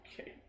Okay